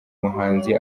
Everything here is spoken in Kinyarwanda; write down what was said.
muhanzi